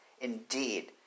Indeed